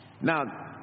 Now